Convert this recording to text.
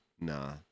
nah